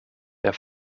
der